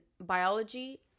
biology